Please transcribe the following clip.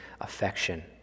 affection